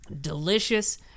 delicious